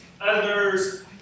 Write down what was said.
others